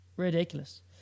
Ridiculous